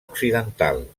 occidental